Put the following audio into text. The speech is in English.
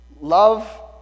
Love